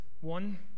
One